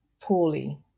poorly